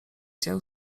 dzieł